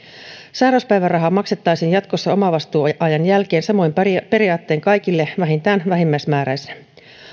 sairauspäivärahaa maksettaisiin jatkossa omavastuuajan jälkeen samoin periaattein kaikille vähintään vähimmäismääräisenä